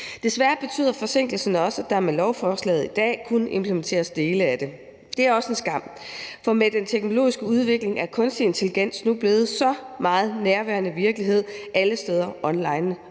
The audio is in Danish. Desværre betyder forsinkelsen også, at der med lovforslaget i dag kun implementeres dele af det. Det er også en skam. For med den teknologiske udvikling er kunstig intelligens nu blevet en meget nærværende virkelighed alle steder online, og det